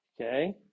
Okay